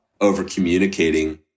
over-communicating